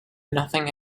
nothing